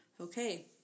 Okay